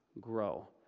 grow